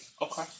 Okay